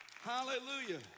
Hallelujah